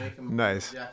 nice